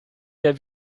der